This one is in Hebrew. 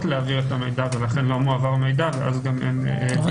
להעביר את המידע ולכן לא מועבר מידע ואז גם אין --- זה